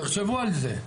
תחשבו על זה.